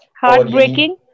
Heartbreaking